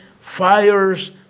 fires